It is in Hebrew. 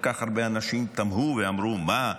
וכל כך הרבה אנשים תמהו ואמרו: מה?